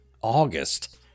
August